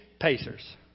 Pacers